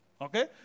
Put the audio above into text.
Okay